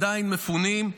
עדיין מפונים,